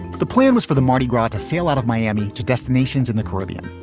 the plan was for the mardi gras to see a lot of miami to destinations in the caribbean.